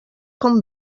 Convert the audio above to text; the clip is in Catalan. com